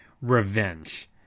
revenge